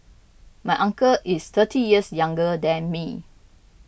my uncle is thirty years younger than me